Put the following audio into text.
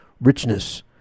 richness